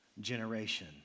generation